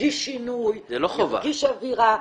ירגיש שינוי, ירגיש אווירה.